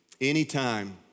Anytime